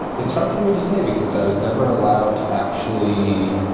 it's hard for me to say because i was never allowed to, actually.